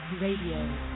Radio